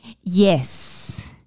yes